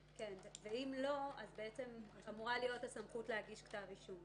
ואם לא אז אמורה להיות הסמכות להגיש כתב אישום.